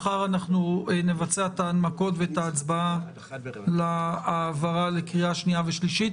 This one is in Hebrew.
מחר אנחנו נבצע את ההנמקות ואת ההצבעה להעברה לקריאה שנייה ושלישית.